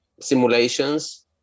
simulations